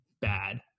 bad